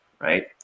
right